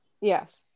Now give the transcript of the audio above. Yes